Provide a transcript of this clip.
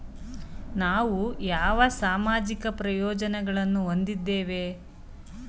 ನಾವು ಯಾವ ಸಾಮಾಜಿಕ ಪ್ರಯೋಜನಗಳನ್ನು ಹೊಂದಿದ್ದೇವೆ?